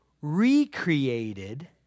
recreated